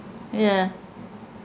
ya